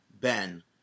Ben